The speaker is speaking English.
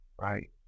right